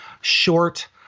short